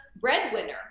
breadwinner